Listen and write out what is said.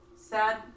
sad